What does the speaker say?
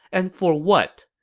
and for what?